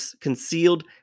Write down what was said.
concealed